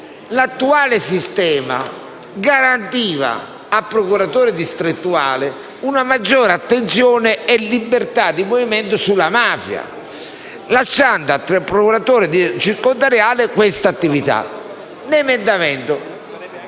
l'attuale sistema garantiva al procuratore distrettuale una maggiore attenzione e libertà di movimento sulla mafia, lasciando al procuratore circondariale questa attività.